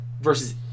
versus